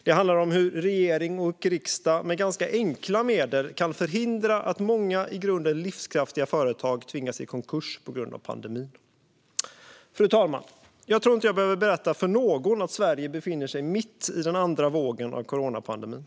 Det handlar om hur regering och riksdag med ganska enkla medel kan förhindra att många i grunden livskraftiga företag tvingas till konkurs på grund av pandemin. Fru talman! Jag tror inte att jag behöver berätta för någon att Sverige befinner sig mitt i den andra vågen av coronapandemin.